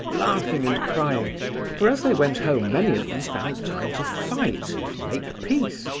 laughing and crying for as they went home many of them found time to fight and make peace,